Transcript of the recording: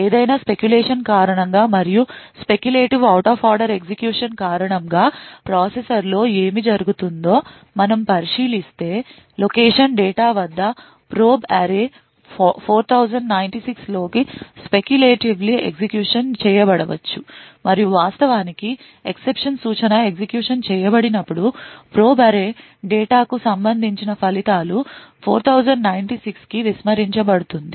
ఏదేమైనా speculation కారణంగా మరియు speculative out of order execution కారణంగా ప్రాసెసర్లో ఏమి జరుగుతుందో మనము పరిశీలిస్తే location డేటా వద్ద ప్రోబ్ అర్రే 4096 లోకి speculatively ఎగ్జిక్యూషన్ చేయబడవచ్చు మరియు వాస్తవానికి ఎక్సెప్షన్ సూచన ఎగ్జిక్యూషన్ చేయబడినప్పుడు ప్రోబ్ అర్రే డేటా కు సంబంధించిన ఫలితాలు 4096 కి విస్మరించబడుతుంది